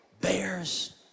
bears